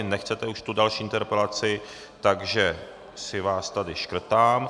Nechcete už další interpelaci, takže si vás tady škrtám.